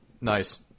Nice